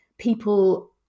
People